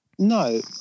No